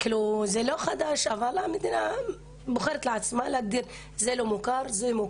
זה לא חדש אבל המדינה בוחרת להגדיר לעצמה איזה כפר מוכר ואיזה לא,